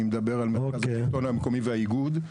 אני מדבר על מרכז השלטון המקומי והאיגוד,